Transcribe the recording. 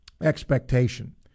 expectation